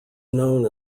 known